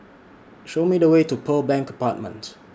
Show Me The Way to Pearl Bank Apartment